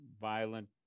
violent